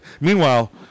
meanwhile